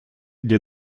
для